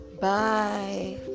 bye